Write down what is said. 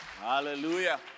Hallelujah